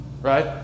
Right